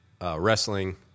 Wrestling